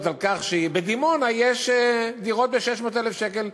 לכך שבדימונה יש דירות ב-600,000 שקל.